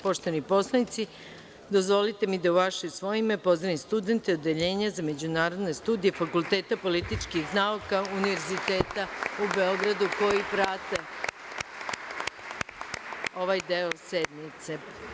Poštovani poslanici, dozvolite mi da u vaše i svoje ime pozdravim studente Odeljenja za međunarodne studije Fakulteta političkih nauka, Univerziteta u Beogradu koji prate ovaj deo sednice.